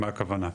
מה הכוונה?